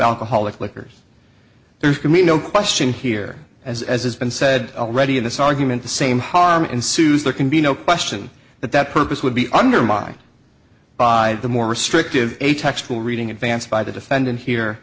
alcoholic liquors there can be no question here as as has been said already in this argument the same harm ensues there can be no question that that purpose would be undermined by the more restrictive a textual reading advanced by the defendant here